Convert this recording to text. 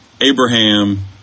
Abraham